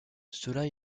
cela